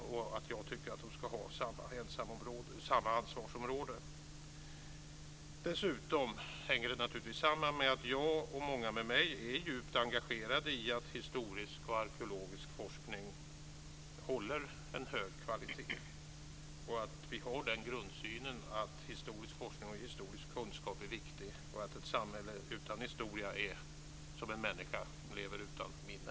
Jag tycker att de ska ligga under samma ansvarsområde. Dessutom hänger detta samman med att jag och många med mig är djupt engagerade i att historisk och arkeologisk forskning ska hålla en hög kvalitet. Vi har den grundsynen att historisk forskning och historisk kunskap är viktig. Ett samhälle utan historia är som en människa som lever utan minne.